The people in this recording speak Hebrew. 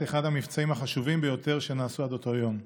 אחד המבצעים החשובים ביותר שנעשו עד אותו יום,